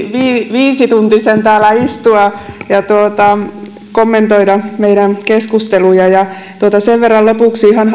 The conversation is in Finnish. viisituntisen täällä istua ja kommentoida meidän keskustelujamme sen verran ihan